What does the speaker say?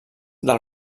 del